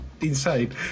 insane